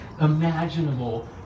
imaginable